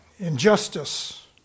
Injustice